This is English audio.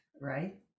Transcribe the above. Right